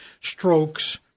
strokes